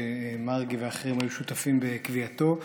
שמרגי ואחרים היו שותפים בקביעתו.